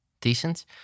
Decent